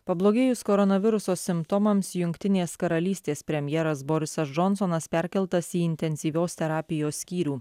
pablogėjus koronaviruso simptomams jungtinės karalystės premjeras borisas džonsonas perkeltas į intensyvios terapijos skyrių